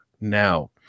now